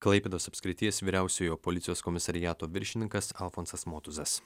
klaipėdos apskrities vyriausiojo policijos komisariato viršininkas alfonsas motuzas